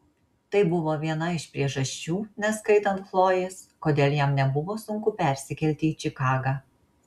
tai buvo viena iš priežasčių neskaitant chlojės kodėl jam nebuvo sunku persikelti į čikagą